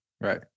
Right